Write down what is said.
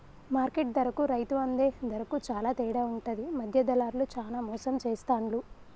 market ధరకు రైతు అందే ధరకు చాల తేడా ఉంటది మధ్య దళార్లు చానా మోసం చేస్తాండ్లు